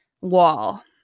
wall